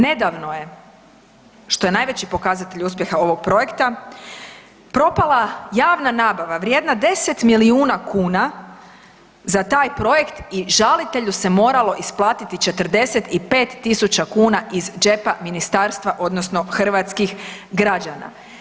Nedavno je što je najveći pokazatelj uspjeha ovog projekta, propala javna nabava vrijedna 10 milijuna kn za taj projekt i žalitelju se moralo isplatiti 45 000 kn iz džepa ministarstva odnosno hrvatskih građana.